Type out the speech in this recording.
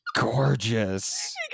Gorgeous